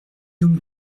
donc